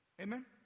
Amen